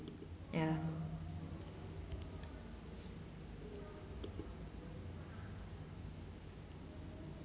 ya